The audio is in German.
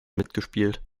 mitgespielt